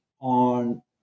on